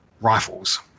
rifles